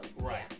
Right